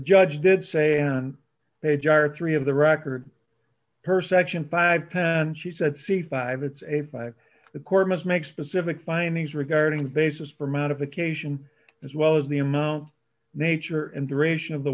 judge did say on page are three of the record per section bypass she said see five it's a five the court must make specific findings regarding the basis for modification as well as the amount of nature and duration of the